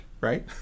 right